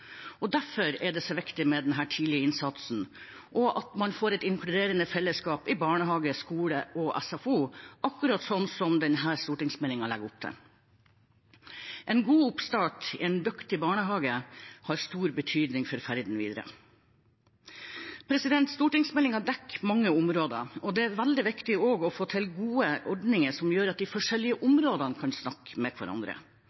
får et inkluderende fellesskap i barnehage, skole og SFO, slik denne stortingsmeldingen legger opp til. En god oppstart i en dyktig barnehage har stor betydning for ferden videre. Stortingsmeldingen dekker mange områder, og det er også veldig viktig å få til ordninger som gjør at de forskjellige